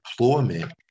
employment